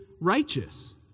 righteous